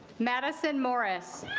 madison morris